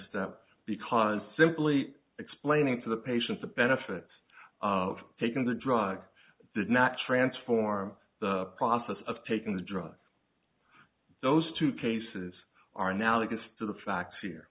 step because simply explaining to the patient the benefits of taking the drug did not transform the process of taking the drug those two cases are now exists to the facts here